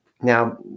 Now